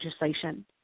legislation